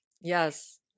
Yes